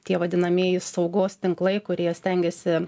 tie vadinamieji saugos tinklai kurie stengiasi